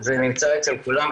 זה נמצא אצל כולם,